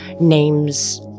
Names